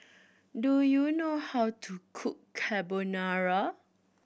do you know how to cook Carbonara